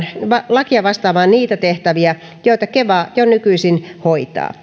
lakia vastaamaan niitä tehtäviä joita keva jo nykyisin hoitaa